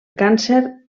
càncer